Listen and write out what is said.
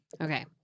Okay